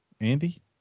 Andy